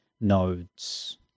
nodes